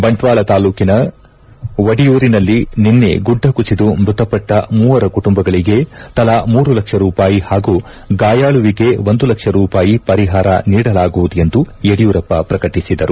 ಬಂಟ್ವಾಳ ತಾಲೂಕಿನ ಒಡಿಯೂರಿನಲ್ಲಿ ನಿನ್ನೆ ಗುಡ್ಡ ಕುಸಿದು ಮೃತಪಟ್ಟ ಮೂವರ ಕುಟುಂಬಗಳಿಗೆ ತಲಾ ಮೂರು ಲಕ್ಷ ರೂಪಾಯಿ ಹಾಗೂ ಗಾಯಾಳುವಿಗೆ ಒಂದು ಲಕ್ಷ ರೂಪಾಯಿ ಪರಿಹಾರ ನೀಡಲಾಗುವುದು ಎಂದು ಯಡಿಯೂರಪ್ಪ ಪ್ರಕಟಿಸಿದರು